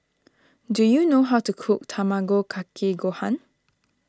do you know how to cook Tamago Kake Gohan